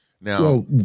Now